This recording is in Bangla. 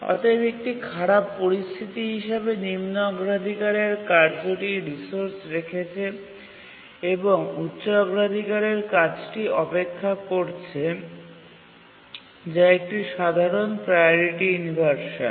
অতএব একটি খারাপ পরিস্থিতি হিসাবে নিম্ন অগ্রাধিকারের কার্যটি রিসোর্স রেখেছে এবং উচ্চ অগ্রাধিকারের কাজটি অপেক্ষা করছে যা একটি সাধারণ প্রাওরিটি ইনভারসান